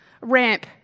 Ramp